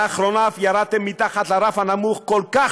לאחרונה אף ירדתם מתחת לרף הנמוך כל כך